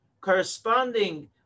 corresponding